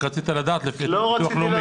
רק רצית לדעת לפי ביטוח לאומי.